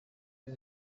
iyo